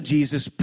Jesus